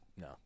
No